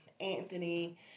Anthony